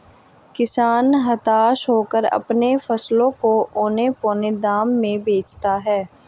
किसान हताश होकर अपने फसलों को औने पोने दाम में बेचता है